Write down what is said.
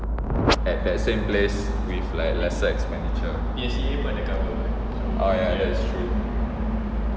at that same place with like lesser expenditure oh ya that is true